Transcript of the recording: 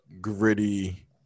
gritty